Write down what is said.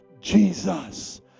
Jesus